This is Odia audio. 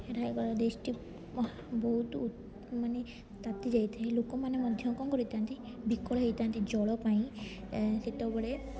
ରାୟଗଡ଼ା ଡିଷ୍ଟ୍ରିକ୍ଟ ବହୁତ ମାନେ ତାତି ଯାଇଥାଏ ଲୋକମାନେ ମଧ୍ୟ କଣ କରିଥାନ୍ତି ବିକଳ ହେଇଥାନ୍ତି ଜଳ ପାଇଁ ସେତବେଳେ